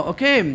Okay